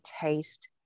taste